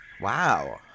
Wow